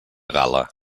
gala